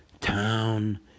town